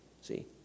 See